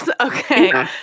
Okay